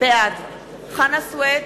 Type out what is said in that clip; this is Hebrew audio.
חנא סוייד,